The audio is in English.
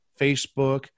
Facebook